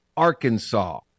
Arkansas